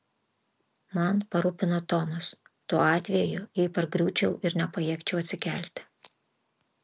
man parūpino tomas tuo atveju jei pargriūčiau ir nepajėgčiau atsikelti